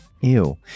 ew